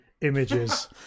images